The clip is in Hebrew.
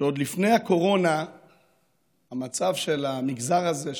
שעוד לפני הקורונה המצב של המגזר הזה,